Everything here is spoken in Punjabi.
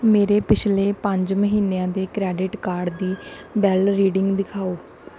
ਮੇਰੇ ਪਿਛਲੇ ਪੰਜ ਮਹੀਨਿਆਂ ਦੇ ਕਰੇਡਿਟ ਕਾਰਡ ਦੀ ਬੈੱਲ ਰੀਡਿੰਗ ਦਿਖਾਓ